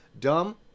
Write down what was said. dumb